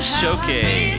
Showcase